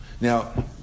Now